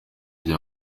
gihe